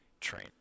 train